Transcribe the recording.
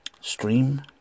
stream